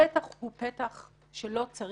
בסוף אם זה לא נגמר במוות,